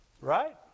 Right